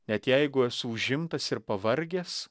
net jeigu esu užimtas ir pavargęs